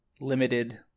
limited